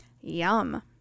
Yum